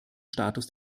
status